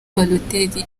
balotelli